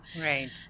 Right